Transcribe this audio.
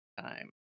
time